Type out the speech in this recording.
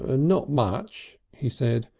ah not much, he said.